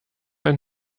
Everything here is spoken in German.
ein